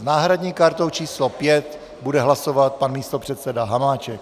S náhradní kartou číslo 5 bude hlasovat pan místopředseda Hamáček.